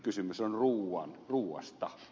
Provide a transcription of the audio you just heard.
kysymys on ruuasta